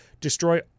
destroy